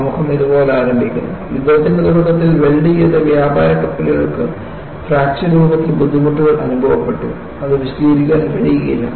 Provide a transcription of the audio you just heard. ആമുഖം ഇതുപോലെ ആരംഭിക്കുന്നു 'യുദ്ധത്തിന്റെ തുടക്കത്തിൽ വെൽഡ് ചെയ്ത വ്യാപാര കപ്പലുകൾക്ക് ഫ്രാക്ചർ രൂപത്തിൽ ബുദ്ധിമുട്ടുകൾ അനുഭവപ്പെട്ടു അത് വിശദീകരിക്കാൻ കഴിയുകയില്ല